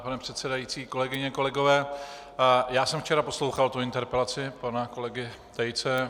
Pane předsedající, kolegyně, kolegové, já jsem včera poslouchal tu interpelaci pana kolegy Tejce.